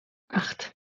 acht